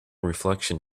reflection